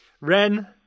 Ren